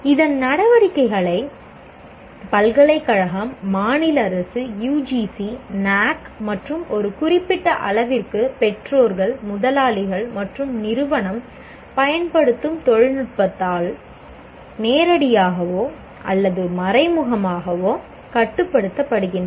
இதன் நடவடிக்கைகள் பல்கலைக்கழகம் மாநில அரசு யுஜிசி மற்றும் ஒரு குறிப்பிட்ட அளவிற்கு பெற்றோர்கள் முதலாளிகள் மற்றும் நிறுவனம் பயன்படுத்தும் தொழில்நுட்பத்தால் நேரடியாகவோ அல்லது மறைமுகமாகவோ கட்டுப்படுத்தப்படுகின்றன